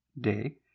day